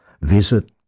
Visit